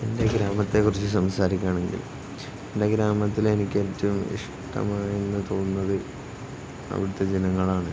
എൻ്റെ ഗ്രാമത്തെക്കുറിച്ച് സംസാരിക്കുകയാണെങ്കിൽ എൻ്റെ ഗ്രാമത്തില് എനിക്ക് ഏറ്റവും ഇഷ്ടമായതെന്ന് തോന്നുന്നത് അവിടുത്തെ ജനങ്ങളാണ്